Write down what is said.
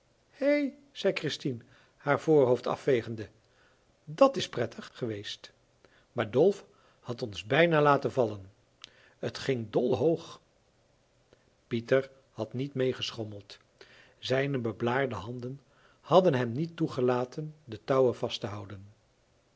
zei christien haar voorhoofd afvegende dat s prettig geweest maar dolf had ons bijna laten vallen het ging dol hoog pieter had niet mee geschommeld zijne beblaarde handen hadden hem niet toegelaten de touwen vast te houden